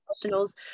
professionals